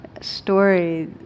story